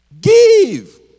give